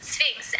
Sphinx